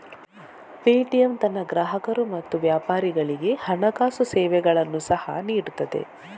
Paytm ತನ್ನ ಗ್ರಾಹಕರು ಮತ್ತು ವ್ಯಾಪಾರಿಗಳಿಗೆ ಹಣಕಾಸು ಸೇವೆಗಳನ್ನು ಸಹ ನೀಡುತ್ತದೆ